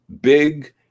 big